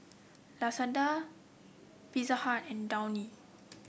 Lazada Pizza Hut and Downy